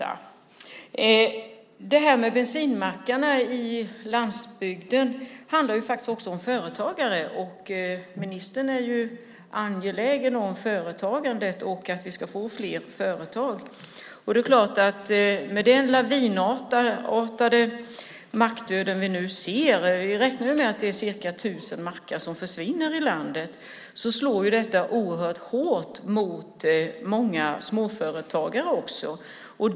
När det gäller bensinmackarna på landsbygden handlar det faktiskt också om företagare, och ministern är ju angelägen om företagandet och att vi ska få fler företag. Den lavinartade mackdöd vi nu ser - man räknar med att cirka tusen mackar försvinner i landet - slår oerhört hårt mot många småföretagare.